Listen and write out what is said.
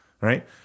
Right